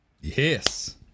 Yes